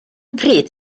pryd